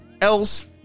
else